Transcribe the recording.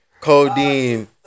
Codeine